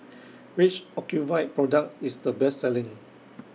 Which Ocuvite Product IS The Best Selling